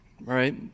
right